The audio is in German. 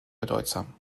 bedeutsam